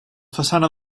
façana